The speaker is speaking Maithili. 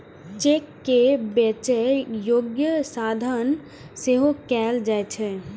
चेक कें बेचै योग्य साधन सेहो कहल जाइ छै